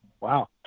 Wow